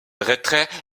retrait